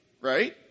Right